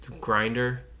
grinder